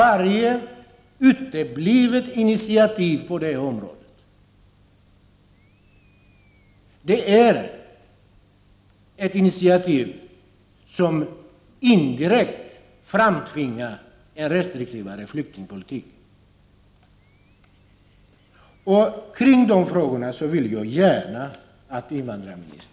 Varje uteblivet initiativ på det området framtvingar indirekt en restriktivare flyktingpolitik. Jag vill gärna att invandrarministern talar om de här frågorna.